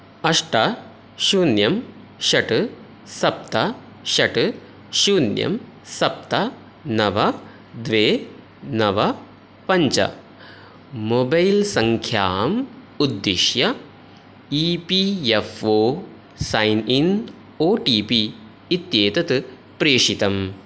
अष्ट शून्यं षट् सप्त षट् शून्यं सप्त नव द्वे नव पञ्च मोबैल्सङ्ख्याम् उद्दिश्य E P F O sign in O T P इत्येतत् प्रेषितम्